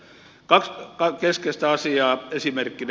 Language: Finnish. kaksi keskeistä asiaa esimerkkinä